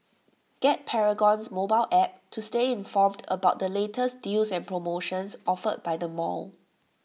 get Paragon's mobile app to stay informed about the latest deals and promotions offered by the mall